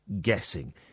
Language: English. guessing